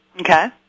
Okay